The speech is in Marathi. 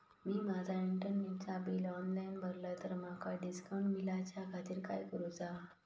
मी माजा इंटरनेटचा बिल ऑनलाइन भरला तर माका डिस्काउंट मिलाच्या खातीर काय करुचा?